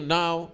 now